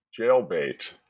jailbait